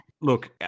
look